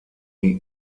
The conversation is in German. die